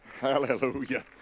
Hallelujah